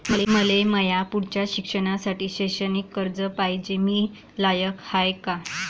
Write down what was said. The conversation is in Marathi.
मले माया पुढच्या शिक्षणासाठी शैक्षणिक कर्ज पायजे, मी लायक हाय का?